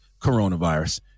coronavirus